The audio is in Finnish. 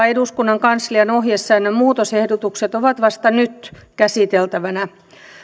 eduskunnan kanslian ohjesäännön muutosehdotukset ovat vasta nyt käsiteltävänä